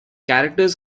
characters